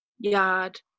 yard